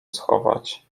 schować